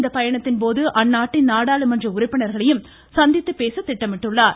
இந்த பயணத்தின்போது அந்நாட்டின் நாடாளுமன்ற உறுப்பினர்களையும் சந்தித்து பேசுகிறார்